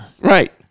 Right